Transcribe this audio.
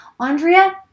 Andrea